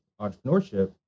entrepreneurship